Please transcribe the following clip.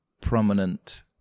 prominent